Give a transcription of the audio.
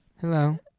Hello